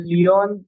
Leon